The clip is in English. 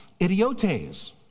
idiotes